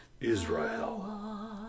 israel